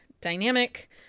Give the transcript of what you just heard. dynamic